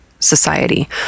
society